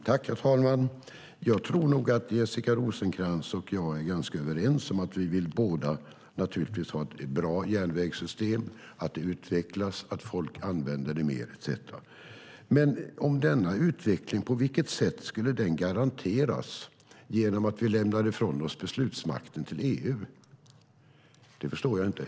Herr talman! Jag tror att Jessica Rosencrantz och jag är ganska överens. Vi vill båda naturligtvis ha ett bra järnvägssystem, vill att det utvecklas och att folk använder det mer. På vilket sätt skulle denna utveckling garanteras genom att vi lämnar ifrån oss beslutsmakten till EU? Det förstår jag inte.